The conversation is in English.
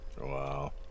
Wow